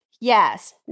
Yes